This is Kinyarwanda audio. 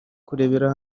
kurebera